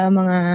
mga